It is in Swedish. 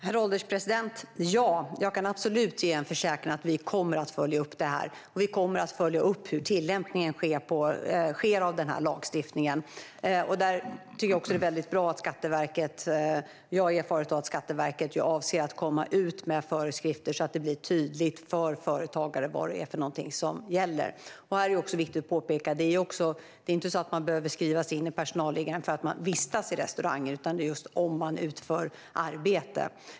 Herr ålderspresident! Jag kan absolut försäkra att vi kommer att följa upp det här. Och vi kommer att följa upp tillämpningen av den här lagstiftningen. Jag har erfarit att Skatteverket avser att komma ut med föreskrifter så att det ska bli tydligt för företagare vad som gäller. Det tycker jag är bra. Det är också viktigt att påpeka att man inte behöver skrivas in i personalliggaren för att man vistas i restaurangen, utan det är just om man utför arbete.